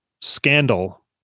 scandal